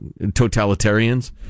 totalitarians